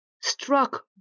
struck